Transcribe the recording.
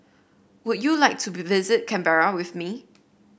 would you like to visit Canberra with me